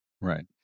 Right